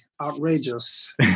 outrageous